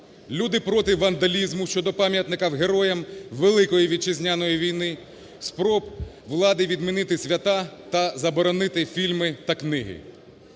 Люди проти вандалізму щодо пам'ятників героям Великої Вітчизняної війни, спроб влади відмінити свята та заборонити фільми та книги.